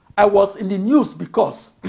i was in the news because